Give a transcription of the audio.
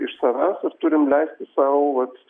iš savęs ir turim leisti sau vat